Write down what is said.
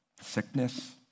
sickness